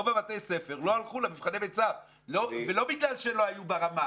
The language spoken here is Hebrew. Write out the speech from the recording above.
רוב בתי הספר לא הלכו למבחני מיצ"ב ולא בגלל שהם לא היו ברמה,